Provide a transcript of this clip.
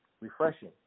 refreshing